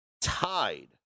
tied